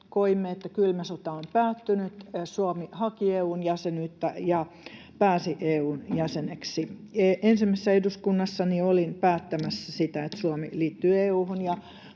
Koimme, että kylmä sota oli päättynyt. Suomi haki EU:n jäsenyyttä ja pääsi EU:n jäseneksi. Ensimmäisessä eduskunnassani olin päättämässä siitä, että Suomi liittyi EU:hun,